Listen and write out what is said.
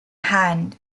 hand